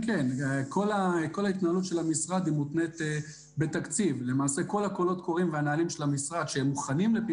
אנחנו כן מנגישים את המודעה בשפה הערבית, אנחנו כן